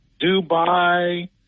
Dubai